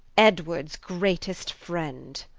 edwards greatest friend